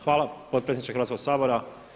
Hvala potpredsjedniče Hrvatskog sabora.